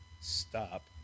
stop